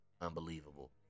unbelievable